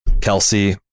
Kelsey